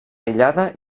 aïllada